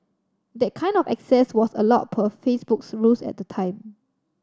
that kind of access was allowed per Facebook's rules at the time